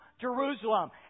Jerusalem